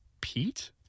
pete